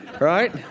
right